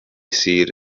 seat